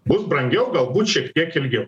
bus brangiau galbūt šiek tiek ilgiau